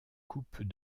coupes